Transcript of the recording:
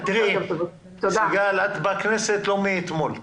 את בכנסת לא מאתמול.